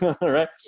right